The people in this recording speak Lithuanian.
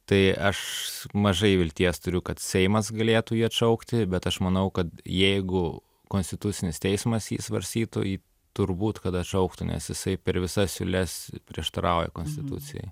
tai aš mažai vilties turiu kad seimas galėtų jį atšaukti bet aš manau kad jeigu konstitucinis teismas jį svarstytų turbūt kada šauktų nes jisai per visas siūles prieštarauja konstitucijai